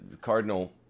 cardinal